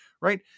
right